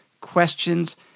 questions